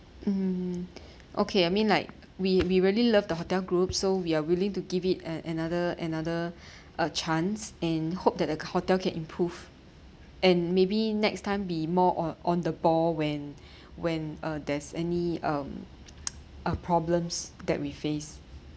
mmhmm okay I mean like we we really love the hotel group so we are willing to give it an~ another another uh chance and hope that the hotel can improve and maybe next time be more on on the ball when when uh there's any um uh problems that we face